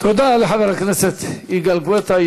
תודה לחבר הכנסת יגאל גואטה.